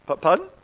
Pardon